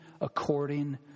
according